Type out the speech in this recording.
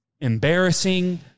embarrassing